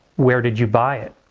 where did you buy it?